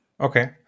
Okay